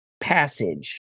passage